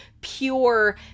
pure